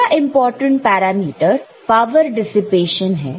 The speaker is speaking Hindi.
अगला इंपॉर्टेंट पैरामीटर पावर डिसिपेशन है